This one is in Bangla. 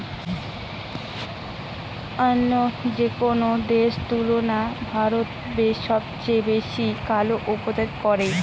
অইন্য যেকোনো দেশের তুলনায় ভারত সবচেয়ে বেশি কলা উৎপাদন করে